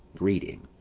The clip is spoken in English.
greeting.